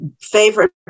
favorite